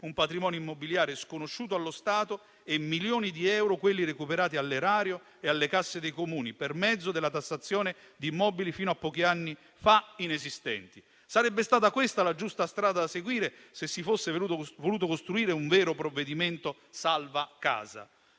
un patrimonio immobiliare sconosciuto allo Stato, e sono milioni di euro quelli recuperati all'erario e alle casse dei Comuni per mezzo della tassazione di immobili fino a pochi anni fa inesistenti. Sarebbe stata questa la giusta strada da seguire, se si fosse voluto costruire un vero provvedimento salva casa.